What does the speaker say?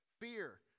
fear